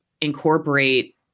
incorporate